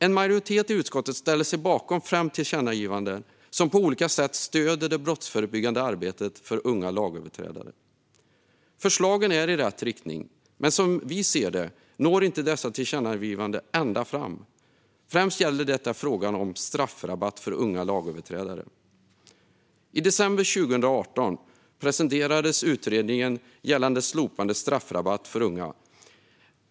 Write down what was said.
En majoritet i utskottet ställer sig bakom fem tillkännagivanden som på olika sätt stöder det brottsförebyggande arbetet för unga lagöverträdare. Förslagen går i rätt riktning, men som vi ser det når inte tillkännagivandena ända fram. Detta gäller främst frågan om straffrabatt för unga lagöverträdare. I december 2018 presenterades utredningen gällande slopande av straffrabatten för unga.